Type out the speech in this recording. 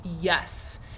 yes